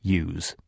use